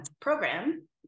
program